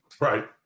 right